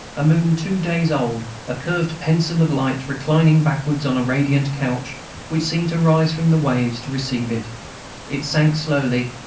a moon two days old, a curved pencil of light, reclining backwards on a radiant couch which seemed to rise from the waves to receive it it sank slowly,